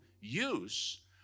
use